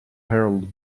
herald